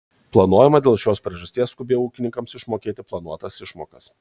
planuojama dėl šios priežasties skubiau ūkininkams išmokėti planuotas išmokas